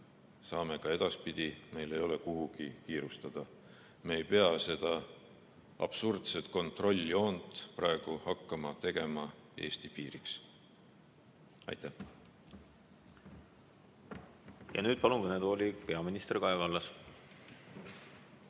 saame ka edaspidi, meil ei ole kuhugi kiirustada. Me ei pea hakkama seda absurdset kontrolljoont praegu tegema Eesti piiriks. Aitäh! Nüüd palun kõnetooli peaminister Kaja Kallase.